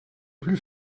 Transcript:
plus